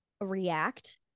react